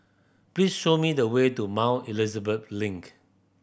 please show me the way to Mount Elizabeth Link